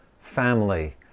family